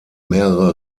mehrere